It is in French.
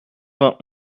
vingt